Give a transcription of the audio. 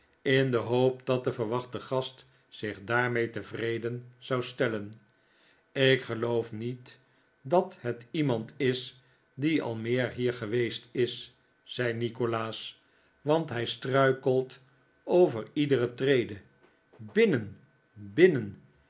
in de hoop dat de verwachte gast zich daarmee tevreden zou stellen ik geloof niet dat het iemand is die al meer hier is geweest zei nikolaas want mijnheer lillyvick heeft trouwplannen hij struikelt op elke trede binnen binnen